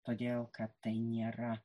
todėl kad tai nėra